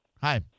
Hi